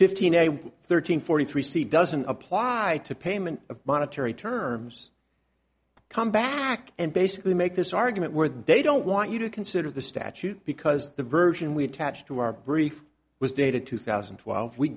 fifteen a thirteen forty three c doesn't apply to payment of monetary terms come back and basically make this argument where they don't want you to consider the statute because the version we attach to our brief was dated two thousand and twelve we